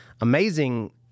amazing